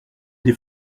des